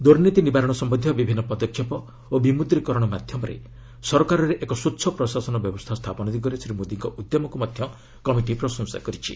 ଦୁର୍ନୀତି ନିବାରଣ ସମ୍ପନ୍ଧୀୟ ବିଭିନ୍ନ ପଦକ୍ଷେପ ଓ ବିମୁଦ୍ରିକରଣ ମାଧ୍ୟମରେ ସରକାରରେ ଏକ ସ୍ପଚ୍ଛ ପ୍ରଶାସନ ବ୍ୟବସ୍ଥା ସ୍ଥାପନ ଦିଗରେ ଶ୍ରୀ ମୋଦିଙ୍କ ଉଦ୍ୟମକୁ କମିଟି ପ୍ରଶଂସା କରିଛି